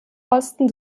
osten